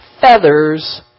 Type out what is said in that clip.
feathers